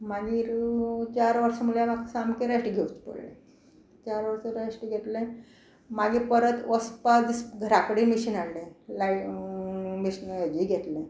मागीर चार वर्सां म्हळ्यार म्हाका सामकें रॅस्ट घेवचें पडलें चार वर्सां रॅस्ट घेतलें मागीर परत वसपा दीस घरा कडेन मशीन हाडलें लाय मशीन हेजें घेतलें